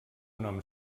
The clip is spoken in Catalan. nom